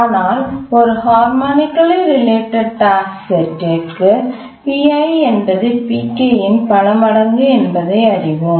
ஆனால் ஒரு harmonically related task set ற்கு pi என்பது pk இன் பல மடங்கு என்பதை அறிவோம்